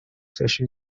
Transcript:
session